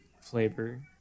flavor